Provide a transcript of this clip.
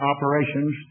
operations